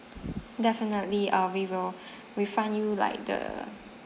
definitely uh we will refund you like the